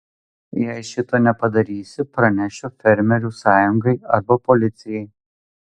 jei šito nepadarysi pranešiu fermerių sąjungai arba policijai